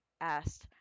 asked